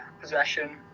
possession